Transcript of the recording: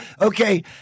Okay